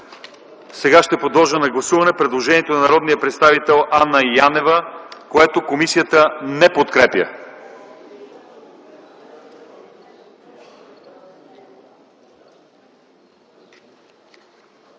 Сега ще подложа на гласуване предложението на народния представител Анна Янева, което комисията не подкрепя.